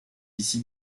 ici